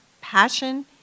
passion